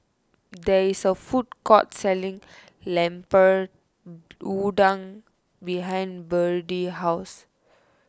there is a food court selling Lemper Udang behind Byrdie's house